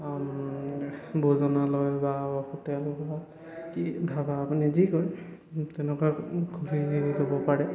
ভোজনালয় বা হোটেল বা কি ধাবা আপুনি যি কয় তেনেকুৱা ল'ব পাৰে